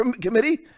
Committee